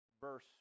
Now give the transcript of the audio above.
verse